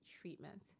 treatment